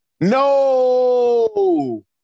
No